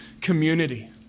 community